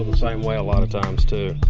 same way a lot of times too.